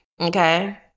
okay